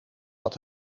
dat